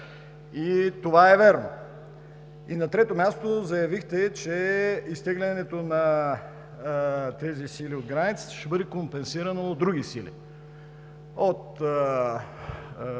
И това е вярно. На трето място, заявихте, че изтеглянето на тези сили от границата ще бъде компенсирано от други сили: от